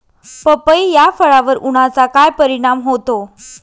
पपई या फळावर उन्हाचा काय परिणाम होतो?